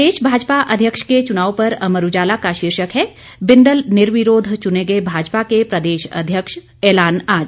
प्रदेश भाजपा अध्यक्ष के चुनाव पर अमर उजाला का शीर्षक है बिंदल निर्विरोध चुने गए भाजपा के प्रदेश अध्यक्ष ऐलान आज